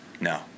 No